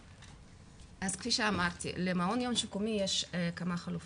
כפי שאמרתי, למעון יום שיקומי יש כמה חלופות.